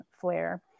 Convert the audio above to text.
flare